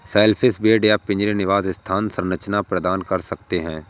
shellfish bed या पिंजरे निवास स्थान संरचना प्रदान कर सकते हैं